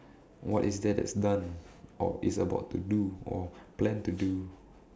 what is there that is done or is about to do or plan to do